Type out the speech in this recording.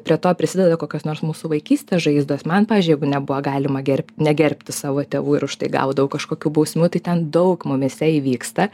prie to prisideda kokios nors mūsų vaikystės žaizdos man pavyzdžiui jeigu nebuvo galima gerbt negerbti savo tėvų ir už tai gaudavau kažkokių bausmių tai ten daug mumyse įvyksta